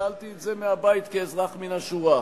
שאלתי את זה מהבית כאזרח מן השורה,